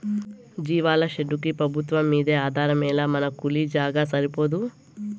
జీవాల షెడ్డుకు పెబుత్వంమ్మీదే ఆధారమేలా మన కాలీ జాగా సరిపోదూ